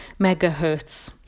megahertz